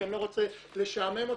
כי אני לא רוצה לשעמם אתכם.